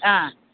ஆ